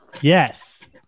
Yes